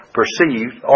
perceived